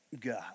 God